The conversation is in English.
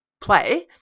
play